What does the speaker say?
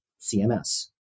CMS